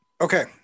Okay